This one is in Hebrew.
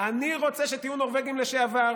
אני רוצה שתהיו נורבגים לשעבר.